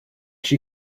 she